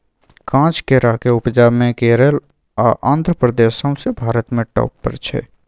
काँच केराक उपजा मे केरल आ आंध्र प्रदेश सौंसे भारत मे टाँप पर छै